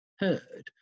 Heard